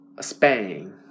Spain